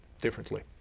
differently